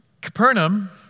Capernaum